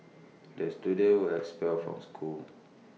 the students were expelled from school